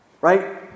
Right